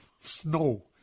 snow